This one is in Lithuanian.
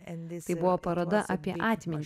tai buvo paroda apie atmin